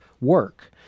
work